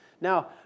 Now